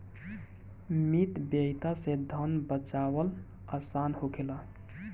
मितव्ययिता से धन बाचावल आसान होखेला